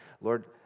Lord